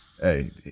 Hey